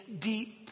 deep